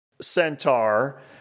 Centaur